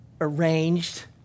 arranged